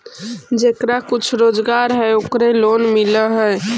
जेकरा कुछ रोजगार है ओकरे लोन मिल है?